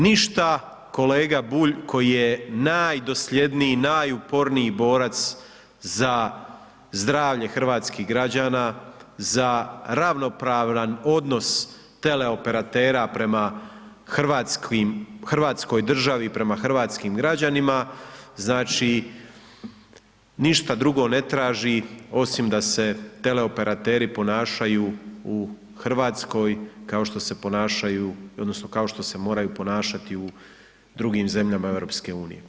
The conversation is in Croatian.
Ništa kolega Bulj, koji je najdosljedniji, najuporniji borac za zdravlje hrvatskih građana, za ravnopravan odnos teleoperatera, prema Hrvatskoj državi, prema hrvatskim građanima, znači, ništa drugo ne tražim, osim da se teleoperateri ponašaju u Hrvatskoj, kao što se ponašaju, odnosno, kao što se moraju ponašati u drugim zemljama EU.